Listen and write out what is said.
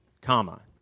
comma